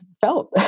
felt